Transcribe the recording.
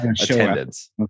attendance